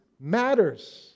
matters